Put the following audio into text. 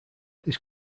this